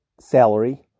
Salary